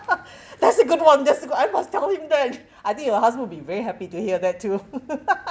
that's a good one that's a good I must tell him that I think your husband will be very happy to hear that too